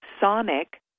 sonic